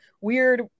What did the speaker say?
weird